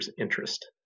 interest